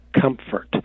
comfort